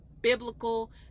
biblical